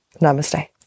Namaste